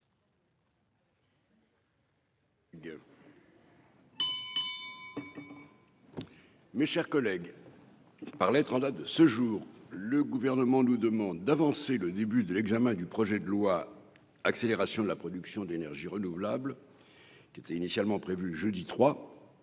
Mes chers collègues, par lettre en date de ce jour, le gouvernement nous demande d'avancer le début de l'examen du projet de loi, accélération de la production d'énergie renouvelable qui était initialement prévu jeudi 3.